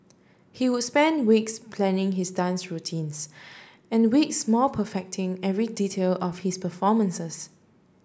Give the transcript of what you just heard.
he would spend weeks planning his dance routines and weeks more perfecting every detail of his performances